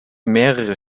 mehrere